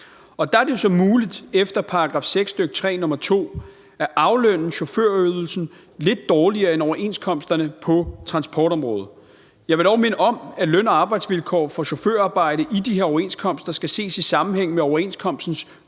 der er det jo så muligt efter § 6, stk. 3, nr. 2, at aflønne chaufførydelsen lidt dårligere end overenskomsterne på transportområdet. Jeg vil dog minde om, at løn- og arbejdsvilkår for chaufførarbejde i de her overenskomster skal ses i sammenhæng med overenskomstens